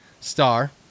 star